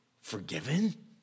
forgiven